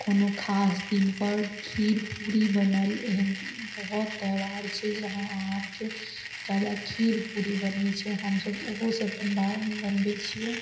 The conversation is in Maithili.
कोनो खास दिनपर खीर पूरी बनल एहन बहुत त्योहार छै जे अहाँ अहाँके जादा खीर पूरी बनय छै हमसब ओहो सब बनबा बनबय छियै